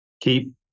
Keep